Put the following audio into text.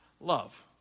Love